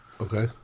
Okay